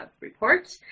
report